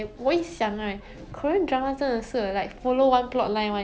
but then for chinese drama it's like what 你 really 不懂要 expect 什么